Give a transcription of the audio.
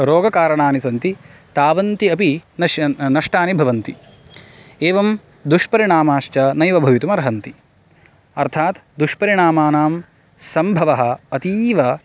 रोगकारणानि सन्ति तावन्ती अपि नष्टानि भवन्ति एवं दुष्परिणामाश्च नैव भवितुम् अर्हन्ति अर्थात् दुष्परिणामानां संभवः अतीव